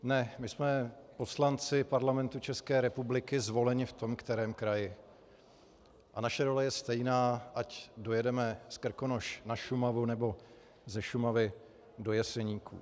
Ne, my jsme poslanci Parlamentu České republiky zvolení v tom kterém kraji a naše role je stejná, ať dojedeme z Krkonoš na Šumavu nebo ze Šumavy do Jeseníků.